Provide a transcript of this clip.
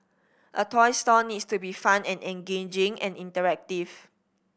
a toy store needs to be fun and engaging and interactive